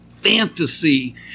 fantasy